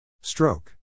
Stroke